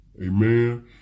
Amen